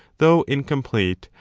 though incomplete,